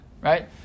right